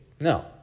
No